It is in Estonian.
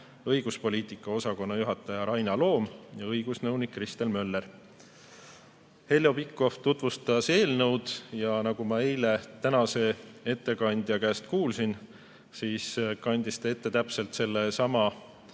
õiguspoliitika osakonna juhataja Raina Loom ja õigusnõunik Kristel Möller. Heljo Pikhof tutvustas eelnõu. Nagu ma eile tänase ettekandja käest kuulsin, siis pidi ta siin täna ette kandma